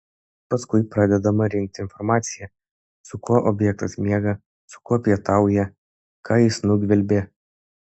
paskui pradedama rinkti informacija su kuo objektas miega su kuo pietauja ką jis nugvelbė